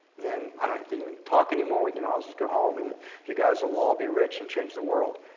then i don't have to even talk anymore. we can all just go home and you guys will all be rich and change the world.